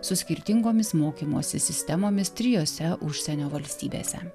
su skirtingomis mokymosi sistemomis trijose užsienio valstybėse